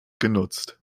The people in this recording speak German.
genutzt